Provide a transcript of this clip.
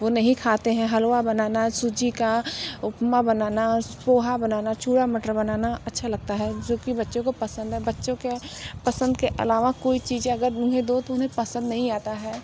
वो नहीं खाते हैं हलवा बनाना सूजी का उपमा बनाना पोहा बनाना चूरा मटर बनाना अच्छा लगता है जो कि बच्चों को पसंद है बच्चों के पसंद के अलावा कोई चीज़ अगर उन्हें दो तो उन्हे पसंद नहीं आता है